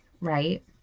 right